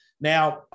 Now